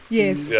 yes